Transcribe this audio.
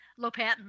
Lopatin